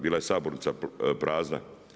Bila je sabornica prazna.